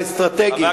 האסטרטגי,